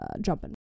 jumping